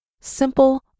Simple